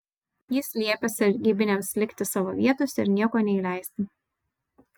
jis liepė sargybiniams likti savo vietose ir nieko neįleisti